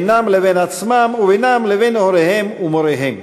בינם לבין עצמם ובינם לבין הוריהם ומוריהם.